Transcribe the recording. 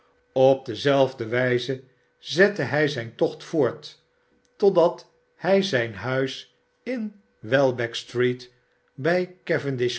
op dezelfde wijze zette hij zijn tocht voort totdat hij zijn huis barnaby rudge in welbeckstreet bij